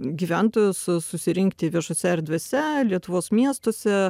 gyventojus susirinkti viešose erdvėse lietuvos miestuose